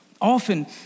Often